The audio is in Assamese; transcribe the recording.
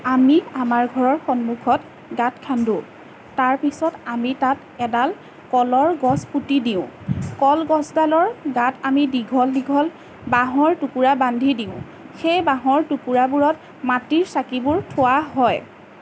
আমি অমাৰ ঘৰৰ সন্মুখত গাঁত খান্দো তাৰ পিছত আমি তাত এডাল কলৰ গছ পুতি দিওঁ কল গছডালৰ গাত আমি দীঘল দীঘল বাঁহৰ টুকুৰা বান্ধি দিওঁ সেই বাঁহৰ টুকুৰাবোৰত মাটিৰ চাকিবোৰ থোৱা হয়